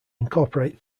incorporate